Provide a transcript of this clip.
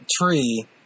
tree